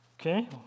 Okay